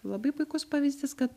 labai puikus pavyzdys kad